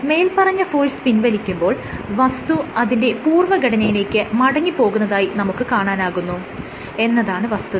മേല്പറഞ്ഞ ഫോഴ്സ് പിൻവലിക്കുമ്പോൾ വസ്തു അതിന്റെ പൂർവ്വഘടനയിലേക്ക് മടങ്ങിപോകുന്നതായി നമുക്ക് കാണാനാകുന്നു എന്നതാണ് വസ്തുത